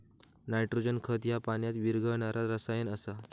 nitrogen खत ह्या पाण्यात विरघळणारा रसायन आसा